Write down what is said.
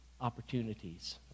opportunities